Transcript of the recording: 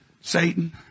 Satan